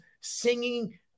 singing